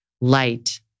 light